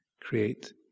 create